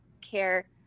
care